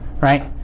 right